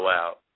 out